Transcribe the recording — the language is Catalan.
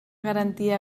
garantia